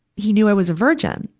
he knew i was a virgin.